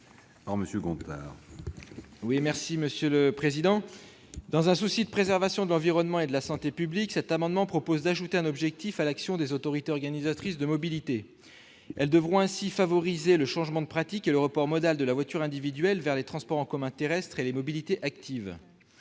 est à M. Guillaume Gontard. Dans un souci de préservation de l'environnement et de la santé publique, cet amendement vise à ajouter un objectif à l'action des autorités organisatrices de la mobilité. Elles devront ainsi favoriser le changement de pratique et le report modal de la voiture individuelle vers les transports en commun terrestres et les mobilités actives.